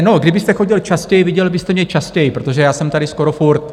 No, kdybyste chodil častěji, viděl byste mě častěji, protože já jsem tady skoro furt.